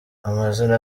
amazina